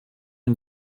une